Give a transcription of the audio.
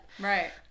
Right